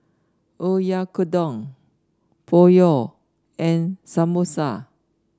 Oyakodon Pho and Samosa